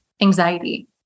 anxiety